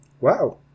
Wow